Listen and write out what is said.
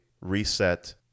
reset